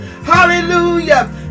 Hallelujah